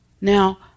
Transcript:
Now